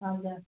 हजुर